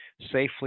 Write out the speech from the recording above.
safely